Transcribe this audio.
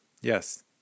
yes